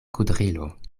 kudrilo